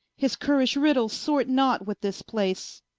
his currish riddles sorts not with this place